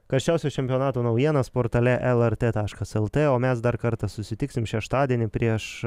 karščiausias čempionato naujienas portale lrt taškas lt o mes dar kartą susitiksim šeštadienį prieš